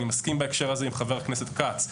אני מסכים בהקשר הזה עם חברי הכנסת כץ.